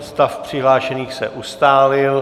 Stav přihlášených se ustálil.